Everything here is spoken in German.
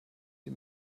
sie